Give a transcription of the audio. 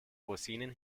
rosinen